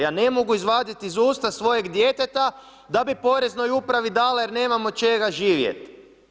Ja ne mogu izvaditi iz usta svojeg djeteta, da bi Poreznoj upravi, dala jer nemam od čega živjeti.